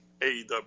AEW